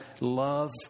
love